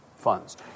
Funds